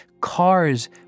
cars